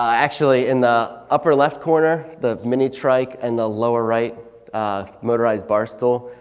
actually in the upper left corner, the mini trike and the lower right motorized bar stool.